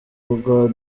rwa